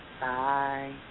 Bye